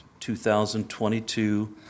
2022